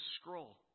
scroll